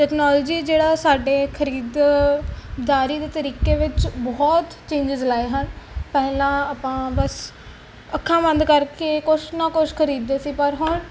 technology ਜਿਹੜਾ ਸਾਡੇ ਖਰੀਦਦਾਰੀ ਦੇ ਤਰੀਕੇ ਵਿੱਚ ਬਹੁਤ ਚੇਂਜਜ ਲਾਏ ਹਨ ਪਹਿਲਾਂ ਆਪਾਂ ਬਸ ਅੱਖਾਂ ਬੰਦ ਕਰਕੇ ਕੁਛ ਨਾ ਕੁਛ ਖਰੀਦਦੇ ਸੀ ਪਰ ਹੁਣ